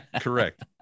Correct